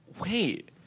wait